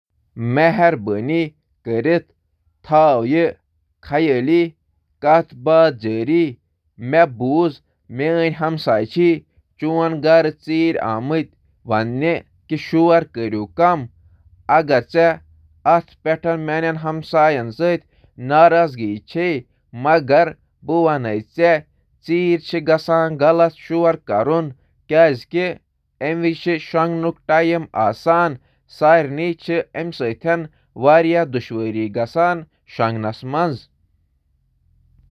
مہربٲنی کٔرِتھ تھٲیِو یہِ خیٲلی کَتھ باتھ جٲری: " میٲنۍ ہمسایہ آیہِ تُہنٛدِس گَرَس منٛز، تہٕ پرٛژھنَس زِ ژیٖرۍ رٲژ کیٛازِ چھُ یوٗتاہ شور۔ یہٕ چُھ مسلہٕ پٲدٕ کران، ییلہٕ واریاہ شور چُھ آسان۔ کانٛہہ تہِ ہیٚکہِ نہٕ شۄنٛگِتھ۔ اَمی مۄکھٕ گٔژھِ رٲژ دوران تۄہہِ آواز کم آسٕنۍ۔